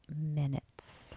minutes